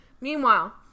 Meanwhile